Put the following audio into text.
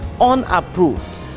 unapproved